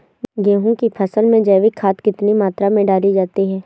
गेहूँ की फसल में जैविक खाद कितनी मात्रा में डाली जाती है?